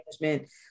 management